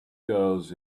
girls